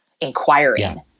inquiring